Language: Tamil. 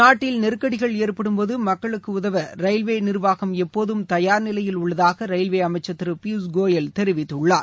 நாட்டில் நெருக்கடிகள் ஏற்படும் போது மக்களுக்கு உதவ ரயில்வே நிர்வாகம் எப்போதும் தயார் நிலையில் உள்ளதாக ரயில்வே அமைச்சர் திரு பியூஷ் கோயல் தெரிவித்துள்ளார்